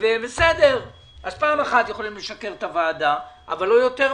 אז פעם אחת יכולים לשקר את הוועדה אבל לא יותר מזה.